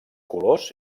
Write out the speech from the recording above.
colors